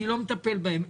אני לא מטפל בהם.